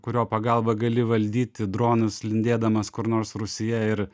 kurio pagalba gali valdyti dronus lindėdamas kur nors rūsyje ir